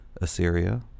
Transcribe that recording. Assyria